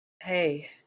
hey